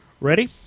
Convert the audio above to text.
Ready